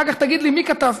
אחר כך תגיד לי מי כתב: